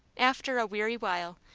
after a weary while,